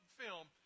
film